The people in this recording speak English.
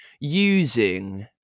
using